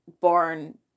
born